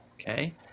okay